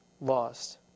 lost